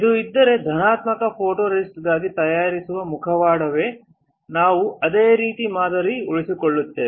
ಇದು ಇದ್ದರೆ ಧನಾತ್ಮಕ ಫೋಟೊರೆಸಿಸ್ಟ್ಗಾಗಿ ತೋರಿಸಿರುವ ಮುಖವಾಡವೇ ನಾವು ಅದೇ ರೀತಿ ಮಾದರಿ ಉಳಿಸಿಕೊಳ್ಳುತ್ತೇವೆ